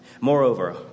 Moreover